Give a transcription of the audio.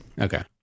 Okay